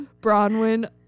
Bronwyn